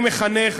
אני אינני מחנך,